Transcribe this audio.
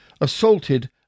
assaulted